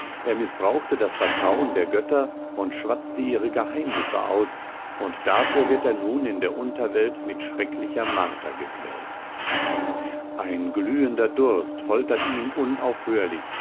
er mißbrauchte das vertrauen der götter und schwatzte ihre geheimnisse aus und dafür wird er nun in der unterwelt mit schrecklicher marter gequält ein glühender durst foltert ihn unaufhörlich